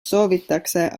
soovitakse